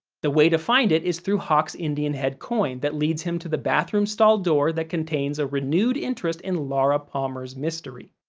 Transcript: the way to find it is through hawk's indian head coin that leads him to the bathroom stall door that contains a renewed interest in laura palmer's mystery.